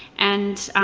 and